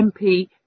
MP